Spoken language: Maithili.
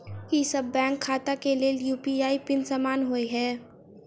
की सभ बैंक खाता केँ लेल यु.पी.आई पिन समान होइ है?